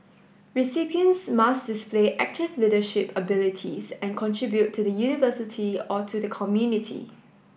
recipients must display active leadership abilities and contribute to the University or to the community